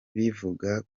bivuga